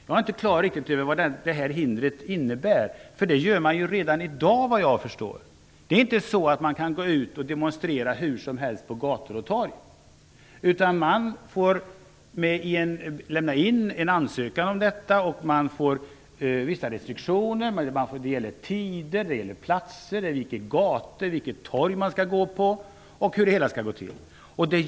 Jag är inte riktigt klar över vad det här hindret innebär. Såvitt jag förstår är det här något som sker redan i dag. Det är ju inte så att man kan demonstrera hur som helst på gator och torg, utan man får lämna in en ansökan. Sedan gäller vissa restriktioner om tider, om platser -- vilka gator eller torg som man skall gå på -- och om hur det hela skall gå till.